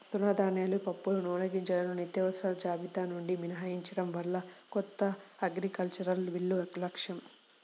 తృణధాన్యాలు, పప్పులు, నూనెగింజలను నిత్యావసరాల జాబితా నుండి మినహాయించడం కొత్త అగ్రికల్చరల్ బిల్లు లక్ష్యం